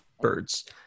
birds